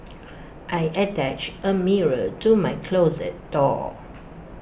I attached A mirror to my closet door